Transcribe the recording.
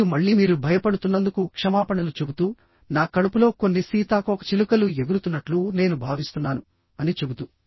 మరియు మళ్ళీ మీరు భయపడుతున్నందుకు క్షమాపణలు చెబుతూనా కడుపులో కొన్ని సీతాకోకచిలుకలు ఎగురుతున్నట్లు నేను భావిస్తున్నాను అని చెబుతూ